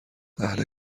اهل